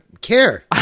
care